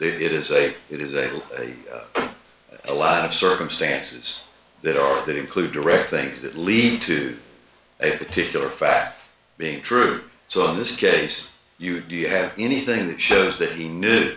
a it is a lot of circumstances that are that include direct things that lead to a particular fact being true so in this case you do you have anything that shows that he knew